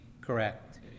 correct